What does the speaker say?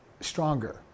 stronger